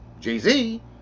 jay-z